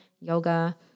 yoga